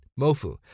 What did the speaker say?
MOFU